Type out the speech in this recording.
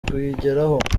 kuyigeraho